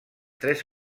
tres